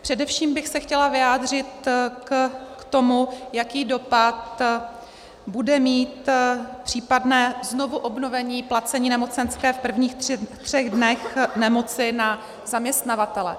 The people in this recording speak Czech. Především bych se chtěla vyjádřit k tomu, jaký dopad bude mít případné znovuobnovení placení nemocenské v prvních třech dnech nemoci na zaměstnavatele.